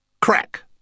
Crack